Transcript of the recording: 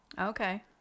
Okay